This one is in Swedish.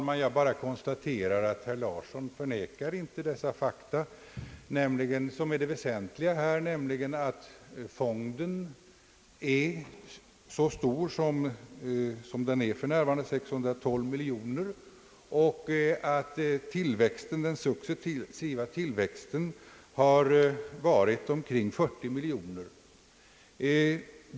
Herr talman! Jag konstaterar bara att herr Larsson inte förnekar de fakta som är väsentliga här, nämligen att fonden är så stor som den är för närvarande, 612 miljoner kronor, och att den successiva tillväxten har varit omkring 40 miljoner kronor per år.